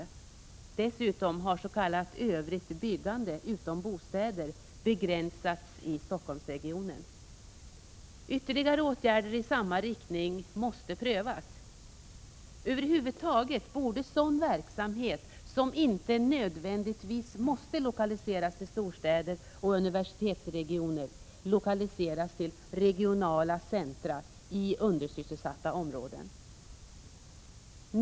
Dessutom har s.k. övrigt byggande utom bostäder begränsats i Stockholmsregionen. Ytterligare åtgärder i samma riktning måste prövas. Över huvud taget borde verksamhet som inte nödvändigtvis måste lokaliseras till storstäder och universitetsregioner lokaliseras till regionala centra i undersysselsatta områden.